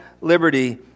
liberty